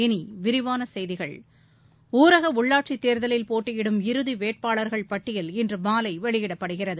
இனி விரிவான செய்திகள் ஊரக உள்ளாட்சித் தேர்தலில் போட்டியிடும் இறுதி வேட்பாளர்கள் பட்டியல் இன்று மாலை வெளியிடப்படுகிறது